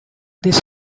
this